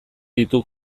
ditu